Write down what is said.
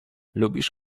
lubisz